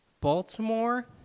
Baltimore